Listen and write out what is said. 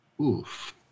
Oof